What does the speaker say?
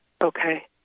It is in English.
Okay